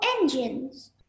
engines